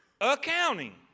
accounting